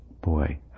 boy